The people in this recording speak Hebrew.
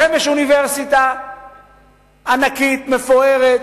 לכם יש אוניברסיטה ענקית, מפוארת,